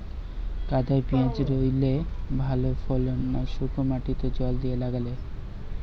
কাদায় পেঁয়াজ রুইলে ভালো ফলন না শুক্নো মাটিতে জল দিয়ে লাগালে?